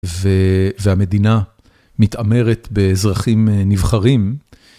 והמדינה מתעמרת באזרחים נבחרים.